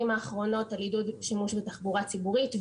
האחרונות על עידוד שימוש בתחבורה הציבורית.